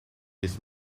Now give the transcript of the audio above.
his